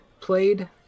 played